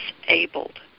disabled